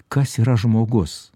kas yra žmogus